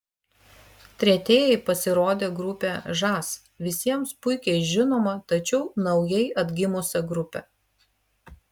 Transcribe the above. tretieji pasirodė grupė žas visiems puikiai žinoma tačiau naujai atgimusi grupė